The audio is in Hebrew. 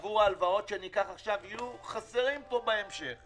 עבור ההלוואות שניקח עכשיו יהיו חסרים פה בהמשך.